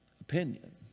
opinion